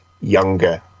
younger